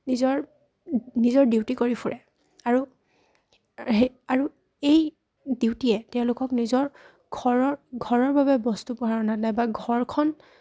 নিজৰ নিজৰ ডিউটি কৰি ফুৰে আৰু সেই আৰু এই ডিউটিয়ে তেওঁলোকক নিজৰ ঘৰৰ ঘৰৰ বাবে বস্তু পহাৰ অনা নাইবা ঘৰখন